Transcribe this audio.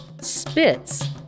spits